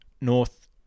North